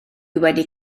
wedi